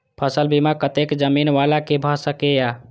फसल बीमा कतेक जमीन वाला के भ सकेया?